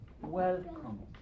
welcome